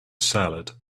salad